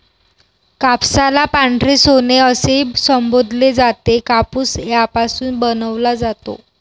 कापसाला पांढरे सोने असेही संबोधले जाते, कापूस यापासून बनवला जातो